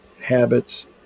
habits